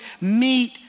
meet